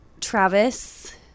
travis